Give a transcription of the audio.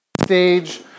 Stage